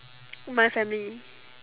my family